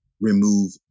remove